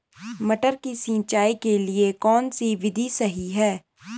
मटर की सिंचाई के लिए कौन सी विधि सही है?